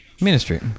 Ministry